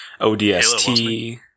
ODST